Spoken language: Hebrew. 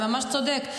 אתה ממש צודק.